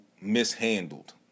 mishandled